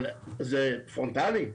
אבל זה פרונטלי.